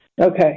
Okay